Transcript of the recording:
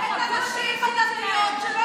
אף אישה בש"ס.